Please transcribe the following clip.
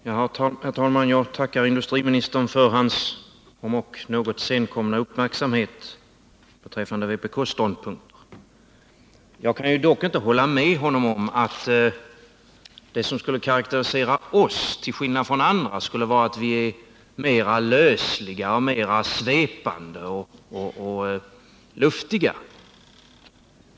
Herr talman! Jag tackar industriministern för hans, om dock något senkomna, uppmärksamhet på vpk:s ståndpunkter. Jag kan dock inte hålla med honom om att det som skulle karakterisera oss, till skillnad från andra, skulle vara att vi är mera lösliga, svepande och luftiga.